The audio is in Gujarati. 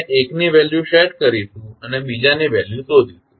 આપણે એકની વેલ્યુ સેટ કરીશું અને બીજાની વેલ્યુ શોધીશું